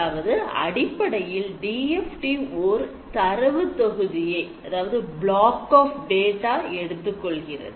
அதாவது அடிப்படையில் DFT ஓர் தரவு தொகுதியை எடுத்துக் கொள்கிறது